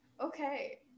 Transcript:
Okay